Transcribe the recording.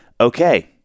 okay